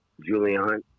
Julian